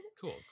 Cool